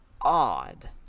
odd